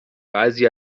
بعضی